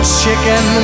chicken